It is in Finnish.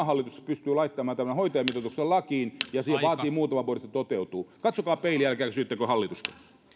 hallitus pystyi laittamaan tämän hoitajamitoituksen lakiin ja se vaatii muutaman vuoden että se toteutuu katsokaa peiliin älkääkä syyttäkö hallitusta